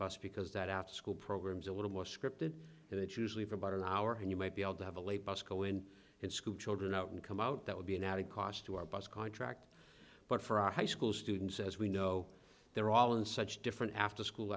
bus because that after school programs a little more scripted and that usually for about an hour and you might be able to have a late bus go in and schoolchildren out and come out that would be an added cost to our bus contract but for our high school students as we know they're all in such different after school